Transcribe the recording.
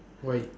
why